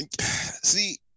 see